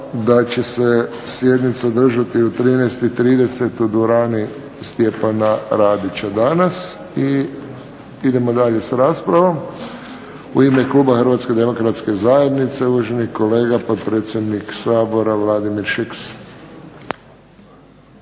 da će se sjednica održati u 13 i 30 u dvorani Stjepana Radića danas. I idemo dalje sa raspravom. U ime kluba Hrvatske demokratske zajednice, uvaženi kolega potpredsjednik Sabora Vladimir Šeks.